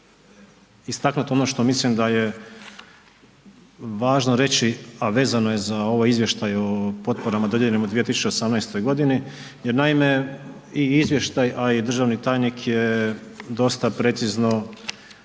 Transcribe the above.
istaknuti ono što mislim da je važno reći, a vezano je za ovaj izvještaj o potporama dodijeljenim u 2018. godini jer naime i izvještaj, a i državni tajnik je dosta precizno